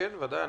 ודאי,